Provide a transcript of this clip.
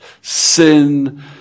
Sin